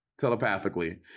telepathically